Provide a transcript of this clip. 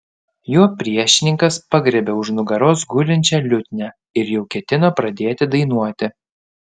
jo priešininkas pagriebė už nugaros gulinčią liutnią ir jau ketino pradėti dainuoti